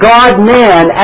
God-man